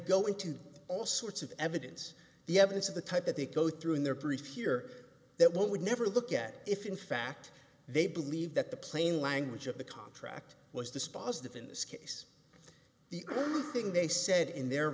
go into all sorts of evidence the evidence of the type that they go through in their brief here that one would never look at if in fact they believe that the plain language of the contract was dispositive in this case the thing they said in their